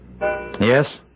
Yes